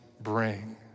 bring